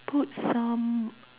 put some